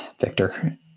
Victor